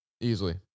Easily